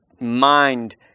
mind